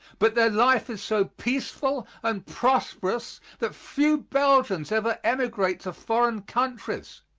but their life is so peaceful and prosperous that few belgians ever emigrate to foreign countries.